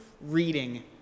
reading